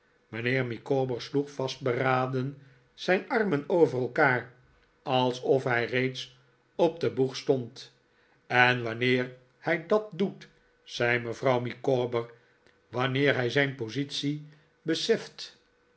mijnheer micawber sloeg vastberaden zijn armen over elkaar alsof hij reeds op den boeg stond en wanneer hij dat doet zei mevrouw micawber wanneer hij zijn positie beseft